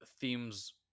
themes